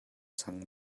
cang